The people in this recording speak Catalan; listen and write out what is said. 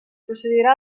procedirà